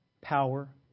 power